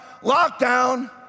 lockdown